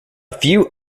few